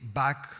back